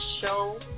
show